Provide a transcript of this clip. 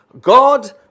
God